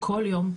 כל יום,